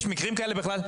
יש מקרים כאלה בכלל?